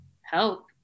help